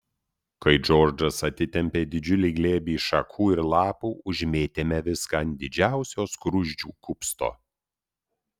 kai džordžas atitempė didžiulį glėbį šakų ir lapų užmėtėme viską ant didžiausio skruzdžių kupsto